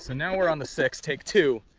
so now we're on the six, take two.